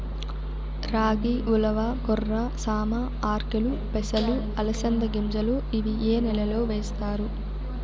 రాగి, ఉలవ, కొర్ర, సామ, ఆర్కెలు, పెసలు, అలసంద గింజలు ఇవి ఏ నెలలో వేస్తారు?